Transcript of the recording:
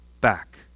back